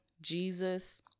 Jesus